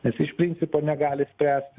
nes iš principo negali spręsti